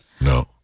no